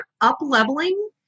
up-leveling